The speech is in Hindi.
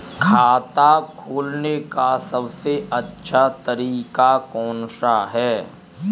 खाता खोलने का सबसे अच्छा तरीका कौन सा है?